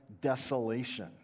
desolation